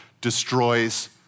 destroys